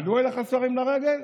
עלו אליך שרים לרגל?